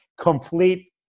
complete